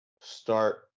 start